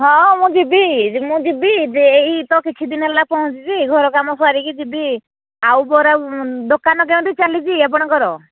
ହଁ ମୁଁ ଯିବି ମୁଁ ଯିବି ଯେ ଏଇ ତ କିଛି ଦିନ ହେଲା ପହଞ୍ଚିଛି ଘର କାମ ସାରିକି ଯିବି ଆଉ ପରା ଦୋକାନ କେମିତି ଚାଲିଛି ଆପଣଙ୍କର